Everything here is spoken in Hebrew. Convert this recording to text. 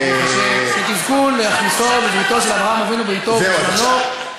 ליועצות הפרלמנטריות שלי,